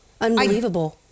unbelievable